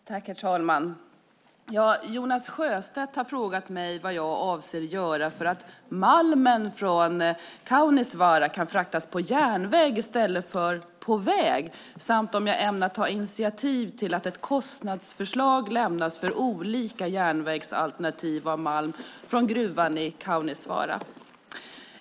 Herr talman! Jonas Sjöstedt har frågat mig vad jag avser att göra för att malmen från Kaunisvaara kan fraktas på järnväg i stället för på väg samt om jag ämnar ta initiativ till att ett kostnadsförslag lämnas för olika järnvägsalternativ för malm från gruvan i Kaunisvaara.